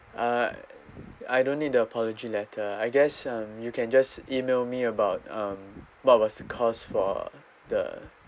uh I don't need the apology letter I guess um you can just email me about um what was the cause for the